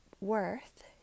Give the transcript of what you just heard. worth